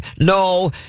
No